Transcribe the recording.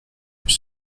vous